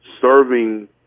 serving